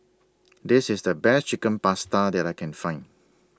This IS The Best Chicken Pasta that I Can Find